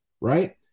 Right